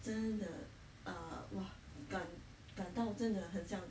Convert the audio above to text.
真的 ah !wah! 感到真的很像